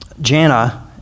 Jana